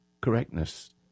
correctness